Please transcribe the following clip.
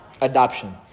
Adoption